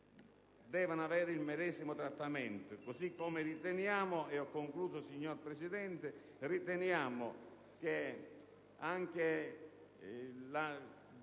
devono avere il medesimo trattamento.